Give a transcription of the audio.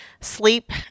sleep